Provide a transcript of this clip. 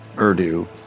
Urdu